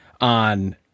on